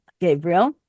Gabriel